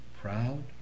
proud